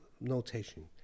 notation